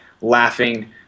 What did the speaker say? laughing